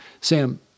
Sam